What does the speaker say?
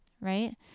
right